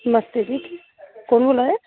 नमस्ते जी कौन बोला दे